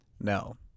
No